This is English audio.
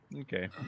Okay